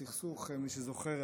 למי שזוכר,